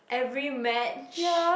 every match